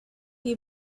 you